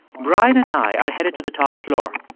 brian and i are headed to the top floor.